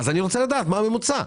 אני רוצה לדעת מה הממוצע.